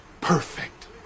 perfect